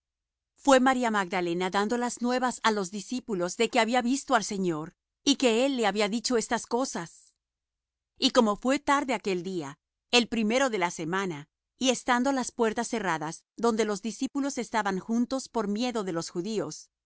fué maría magdalena dando las nuevas á los discípulos de que había visto al señor y que él le había dicho estas cosas y como fué tarde aquel día el primero de la semana y estando las puertas cerradas donde los discípulos estaban juntos por miedo de los judíos